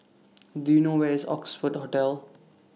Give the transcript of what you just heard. Do YOU know Where IS Oxford Hotel